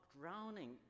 drowning